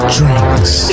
Drinks